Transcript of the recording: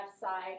side